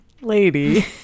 lady